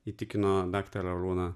įtikino daktarą arūną